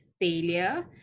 failure